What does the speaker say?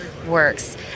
works